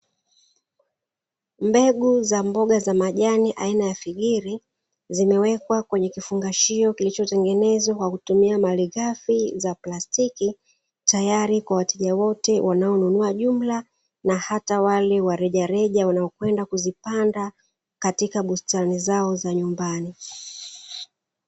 Mbegu za mboga za majani aina ya figiri zimewekwa kwenye kifungashio kilichotengenezwa kwa malighafi za plastiki, ,tayari kwa wateja wote wanaonunua jumla na hata wale wa rejareja wanaokwenda kuzipanda katika bustani zao za nyumbani.